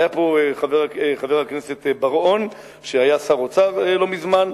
היה פה חבר הכנסת בר-און, שהיה שר אוצר לא מזמן,